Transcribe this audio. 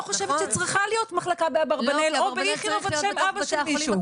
חושבת שצריכה להיות מחלקה באברבנאל או באיכילוב על שם אבא של מישהו.